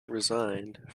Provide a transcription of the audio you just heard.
resigned